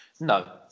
No